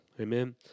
amen